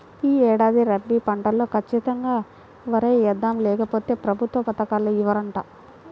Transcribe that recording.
యీ ఏడాది రబీ పంటలో ఖచ్చితంగా వరే యేద్దాం, లేకపోతె ప్రభుత్వ పథకాలు ఇవ్వరంట